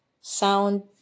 sound